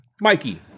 Mikey